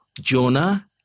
Jonah